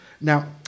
Now